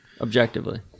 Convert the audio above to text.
objectively